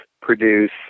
produce